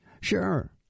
Sure